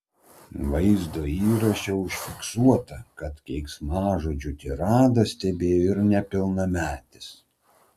vaizdo įraše užfiksuota kad keiksmažodžių tiradą stebėjo ir nepilnametis